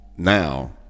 now